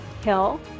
Hill